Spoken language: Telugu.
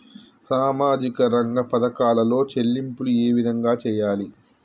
సామాజిక రంగ పథకాలలో చెల్లింపులు ఏ విధంగా చేయాలి?